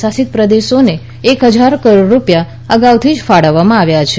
શાસિતપ્રદેશોને એક હજાર કરોડ રૂપિયા અગાઉથી ફાળવવામાં આવ્યાં છે